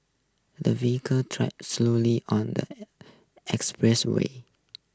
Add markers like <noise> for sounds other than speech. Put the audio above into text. the <unintelligible> travelled slowly on the expressway